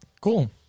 Cool